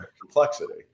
complexity